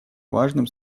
важным